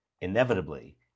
inevitably